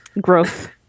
growth